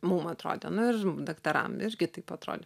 mum atrodė nu ir daktaram irgi taip atrodė